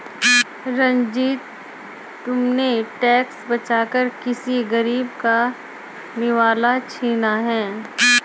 रंजित, तुमने टैक्स बचाकर किसी गरीब का निवाला छीना है